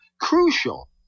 crucial